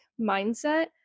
mindset